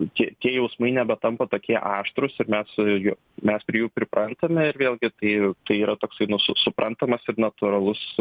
tie tie jausmai nebetampa tokie aštrūs ir mes jo mes prie jų priprantame ir vėlgi tai tai yra toksai nu su suprantamas ir natūralus